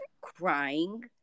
crying